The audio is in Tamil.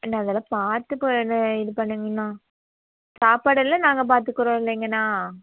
அண்ணா வில பார்த்து இது பண்ணுங்க அண்ணா சாப்பாடெல்லாம் நாங்கள் பார்த்துக்குறோம் இல்லங்கண்ணா